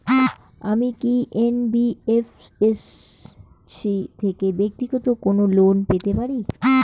আমি কি এন.বি.এফ.এস.সি থেকে ব্যাক্তিগত কোনো লোন পেতে পারি?